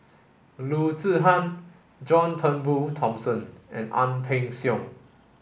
Loo Zihan John Turnbull Thomson and Ang Peng Siong